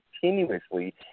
continuously